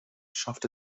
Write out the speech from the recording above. schaffte